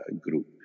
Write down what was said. group